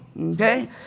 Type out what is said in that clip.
okay